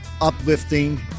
uplifting